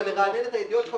זה לרענן את הידיעות שלך